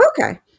Okay